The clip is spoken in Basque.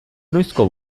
noizko